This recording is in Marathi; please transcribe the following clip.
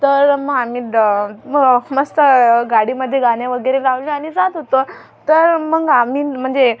तर मग आम्ही मस्त गाडीमध्ये गाणे वगैरे लावले आणि जात होतो तर मग आम्ही म्हणजे